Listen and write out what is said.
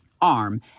arm